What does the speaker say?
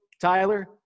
Tyler